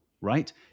Right